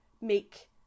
make